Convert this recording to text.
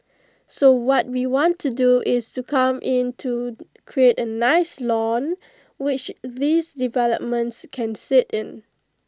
so what we want to do is to come in to create A nice lawn which these developments can sit in